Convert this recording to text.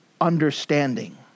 understanding